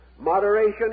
Moderation